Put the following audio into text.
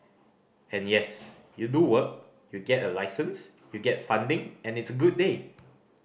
and yes you do work you get a license you get funding and it's a good day